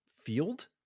Field